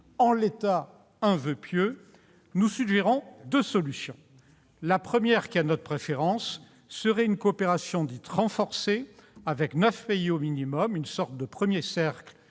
en l'état, est un voeu pieux -, nous suggérons deux solutions. La première, qui a notre préférence, serait une coopération dite « renforcée » avec neuf pays au minimum, une sorte de premier cercle